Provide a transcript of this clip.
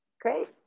Great